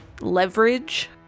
leverage